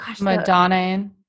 Madonna